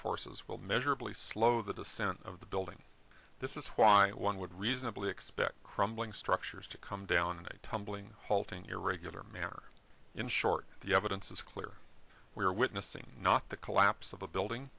forces will measurably slow the descent of the building this is why one would reasonably expect crumbling structures to come down in a tumbling halting irregular manner in short the evidence is clear we are witnessing not the collapse of a building